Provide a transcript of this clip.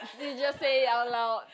did you just say it out loud